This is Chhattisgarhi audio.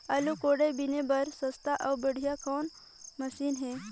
आलू कोड़े बीने बर सस्ता अउ बढ़िया कौन मशीन हे?